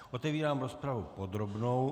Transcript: Otevírám rozpravu podrobnou.